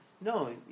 No